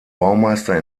baumeister